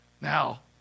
Now